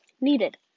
needed